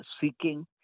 seeking